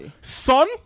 Son